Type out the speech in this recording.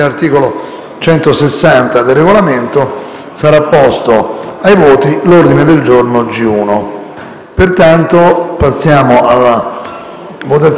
sarà posto ai voti l'ordine del giorno G1